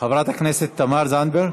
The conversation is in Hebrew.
חברת הכנסת תמר זנדברג,